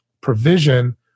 provision